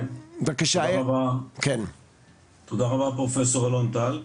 תודה רבה פרופ' אלון טל.